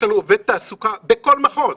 יש לנו עובד תעסוקה בכל מחוז,